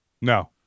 No